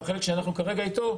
והחלק שאנחנו כרגע אתו,